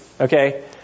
Okay